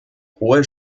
hohe